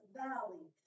valley